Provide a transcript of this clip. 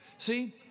See